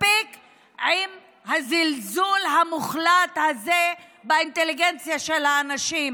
מספיק עם הזלזול המוחלט הזה באינטליגנציה של האנשים.